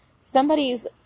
somebody's